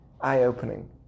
eye-opening